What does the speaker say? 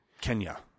Kenya